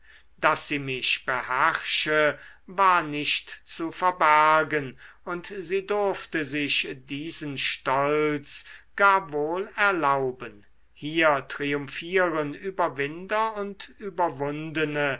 daß sie mich beherrsche war nicht zu verbergen und sie durfte sich diesen stolz gar wohl erlauben hier triumphieren überwinder und überwundene